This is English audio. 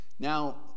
Now